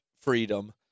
freedom